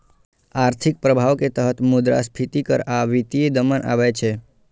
आर्थिक प्रभाव के तहत मुद्रास्फीति कर आ वित्तीय दमन आबै छै